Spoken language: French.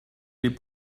les